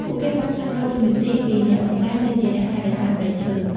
ពួកគេបានផ្លាស់ប្តូរតួនាទីពីអ្នកបំផ្លាញទៅជាអ្នកថែរក្សាព្រៃឈើ។